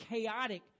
chaotic